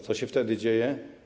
Co się wtedy dzieje?